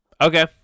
okay